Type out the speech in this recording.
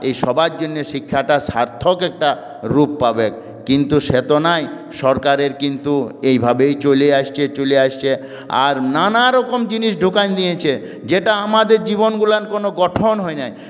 এই সবার জন্য শিক্ষাটা সার্থক একটা রূপ পাবে কিন্তু সে তো নয় সরকারের কিন্তু এইভাবেই চলে আসছে চলে আসছে আর নানা রকম জিনিস ঢুকিয়ে নিয়েছে যেটা আমাদের জীবনগুলোর কোনও গঠন হয়নি